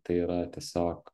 tai yra tiesiog